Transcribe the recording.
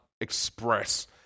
express